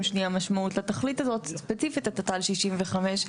שנייה משמעת לתכלית הזאת ספציפית לתת"ל 65,